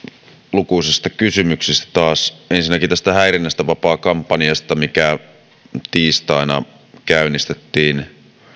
lukuisista kysymyksistä taas ensinnäkin tästä häirinnästä vapaa kampanjasta mikä tiistaina käynnistettiin